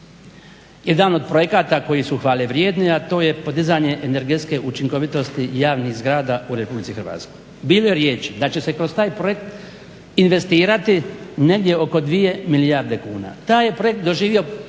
jedan od projekata koji su hvale vrijedni, a to je podizanje energetske učinkovitosti javnih zgrada u Republici Hrvatskoj. Bilo je riječi da će se kroz taj projekt investirati negdje oko 2 milijarde kuna. Taj je projekt doživio